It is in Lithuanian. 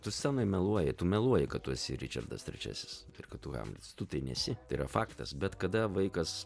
tu scenoj meluoji tu meluoji kad tu esi ričardas trečiasis ir kad tu hamletas tu tai nesi tai yra faktas bet kada vaikas